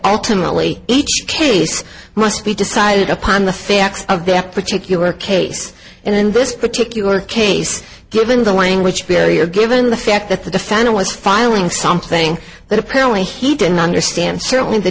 ultimately each case must be decided upon the facts of the at particular case and in this particular case given the language barrier given the fact that the defendant was filing something that apparently he didn't understand certainly the